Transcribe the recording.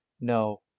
No